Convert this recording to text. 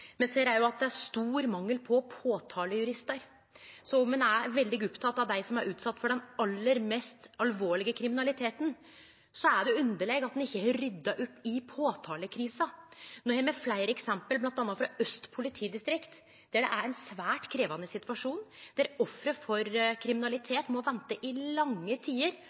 Me ser òg at det er stor mangel på påtalejuristar, så om ein er veldig oppteken av dei som er utsette for den aller mest alvorlege kriminaliteten, er det underleg at ein ikkje har rydda opp i påtalekrisa. No har me fleire eksempel bl.a. frå Øst politidistrikt, der det er ein svært krevjande situasjon, der offer for kriminalitet må vente i lange tider